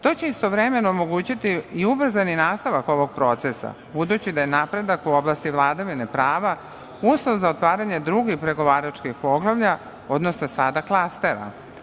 To će istovremeno omogućiti i ubrzani nastavak ovog procesa budući da je napredak u oblasti vladavine prava uslov za otvaranje druge pregovaračkih poglavlja, odnosno sada klastera.